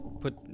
Put